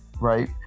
right